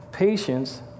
Patience